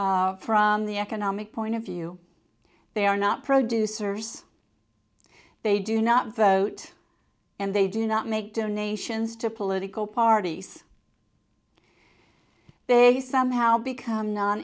from the economic point of view they are not producers they do not vote and they do not make donations to political parties they somehow become